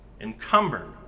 encumbered